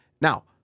Now